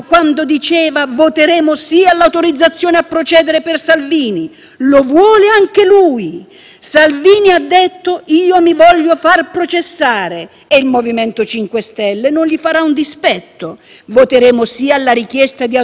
«Salvini ha detto "io mi voglio far processare", quindi il MoVimento 5 Stelle non gli farà un dispetto e voterà sì alla richiesta di autorizzazione a procedere. E al processo sarò il primo a dire che fu una decisione di Governo».